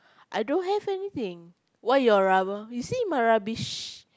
I don't have anything where your rub~ you see my rubbish